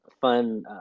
fun